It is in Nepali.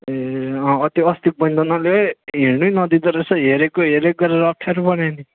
ए अँ अँ त्यो अस्तिको बैनी त नले है हिँड्नु नदिँदो रहेछ हेरेको हेरेको गरेर अप्ठ्यारो बनायो नि